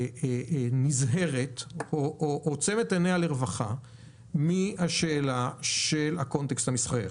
המדינה נזהרת או עוצמת עיניה לרווחה מהשאלה של הקונטקסט המסחרי.